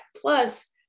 Plus